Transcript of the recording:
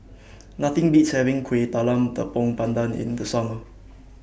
Nothing Beats having Kueh Talam Tepong Pandan in The Summer